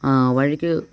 ആ വഴിക്ക്